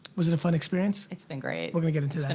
was it a fun experience? it's been great. we're gonna get into that in